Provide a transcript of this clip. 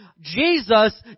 Jesus